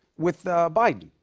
with biden.